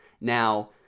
Now